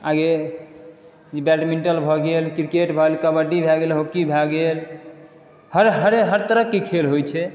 ई badminton भऽ गेल cricket भए गेल कबड्डी भए गेल हॉकी भए गेल हर हर तरह के खेल होइत छै